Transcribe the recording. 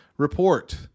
Report